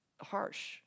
Harsh